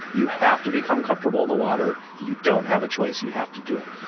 you have to become comfortable in the water. you don't have a choice you have to do it.